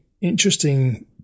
interesting